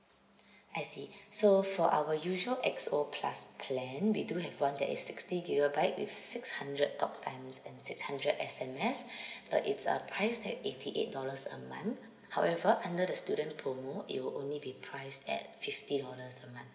I see so for our usual X O plus plan we do have one that is sixty gigabyte with six hundred talk times and six hundred S_M_S but it's uh priced at eighty eight dollars a month however under the student promo it will only be priced at fifty dollars a month